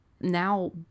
now